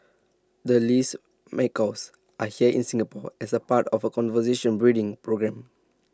the Lear's macaws are here in Singapore as part of A conservation breeding programme